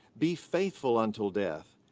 be faithful until death,